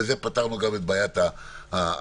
ובזה פתרנו גם את בעיית המובילים.